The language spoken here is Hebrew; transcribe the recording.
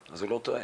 אז הוא לא טועה,